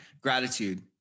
Gratitude